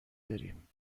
داریم